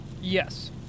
yes